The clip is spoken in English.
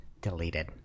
Deleted